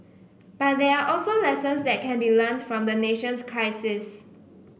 but there are also lessons that can be learnt from the nation's crisis